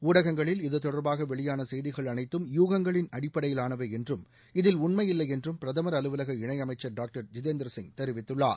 ஊடகங்களில் இதுதொடர்பாக வெளியான செய்திகள் அனைத்தும் யூகங்களின் அடிப்படையிலானவை என்றும் இதில் உண்மையில்லை என்றும் பிரதமர் அலுவலக இணையமைச்சர் டாக்டர் ஜிதேந்திர சிங் தெரிவித்துள்ளார்